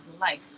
life